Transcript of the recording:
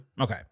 Okay